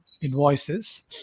invoices